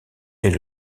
est